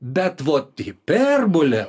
bet vot hiperbolė